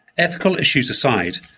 ethical issues aside,